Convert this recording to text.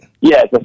Yes